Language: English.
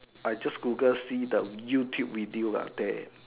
I just Google see the YouTube video lah there